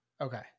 okay